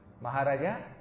maharaja